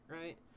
right